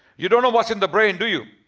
you don't know what's in the brain, do you?